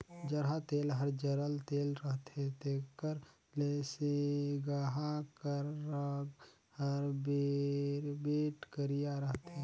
जरहा तेल हर जरल तेल रहथे तेकर ले सिगहा कर रग हर बिरबिट करिया रहथे